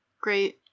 great